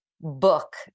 book